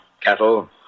Cattle